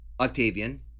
Octavian